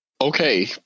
Okay